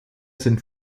sind